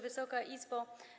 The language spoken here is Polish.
Wysoka Izbo!